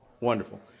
Wonderful